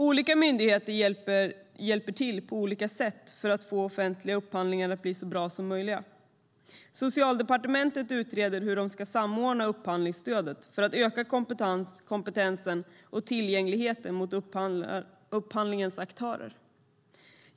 Olika myndigheter hjälper till på olika sätt för att få offentliga upphandlingar att bli så bra som möjligt. Socialdepartementet utreder hur de ska samordna upphandlingsstödet för att öka kompetensen och tillgängligheten gentemot upphandlingens aktörer.